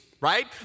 right